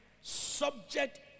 subject